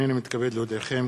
הנני מתכבד להודיעכם,